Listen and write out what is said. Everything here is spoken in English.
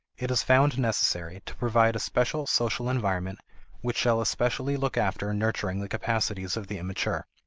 it is found necessary to provide a special social environment which shall especially look after nurturing the capacities of the immature.